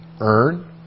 earn